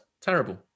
terrible